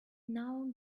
now